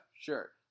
Sure